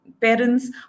parents